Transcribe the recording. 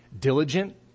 diligent